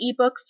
eBooks